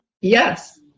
yes